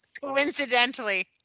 Coincidentally